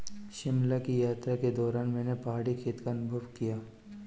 शिमला की यात्रा के दौरान मैंने पहाड़ी खेती का अनुभव किया